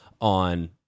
on